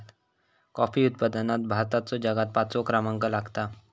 coffee उत्पादनात भारताचो जगात पाचवो क्रमांक लागता